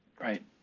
Right